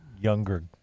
younger